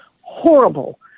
horrible